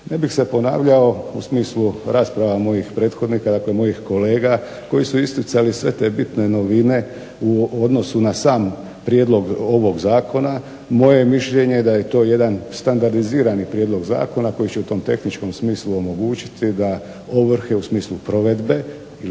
Ne bih se ponavljao u smislu rasprava mojih prethodnika, dakle mojih kolega koji su isticali sve bitne novine u odnosu na sam Prijedlog ovog zakona, moje mišljenje je da je to jedan standardizirani prijedlog zakona koji će u tom tehničkom smislu omogućiti da ovrhe u smislu provedbe ili